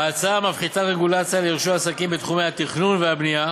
ההצעה מפחיתה רגולציה לרישוי עסקים בתחומי התכנון והבנייה